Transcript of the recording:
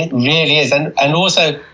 it really is. and and also,